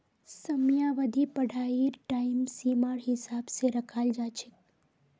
समयावधि पढ़ाईर टाइम सीमार हिसाब स रखाल जा छेक